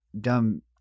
dumb